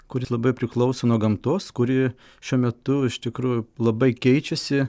kuri labai priklauso nuo gamtos kuri šiuo metu iš tikrųjų labai keičiasi